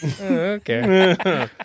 Okay